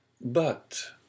But